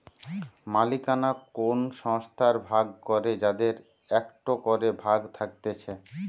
মালিকানা কোন সংস্থার ভাগ করে যাদের একটো করে ভাগ থাকতিছে